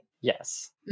Yes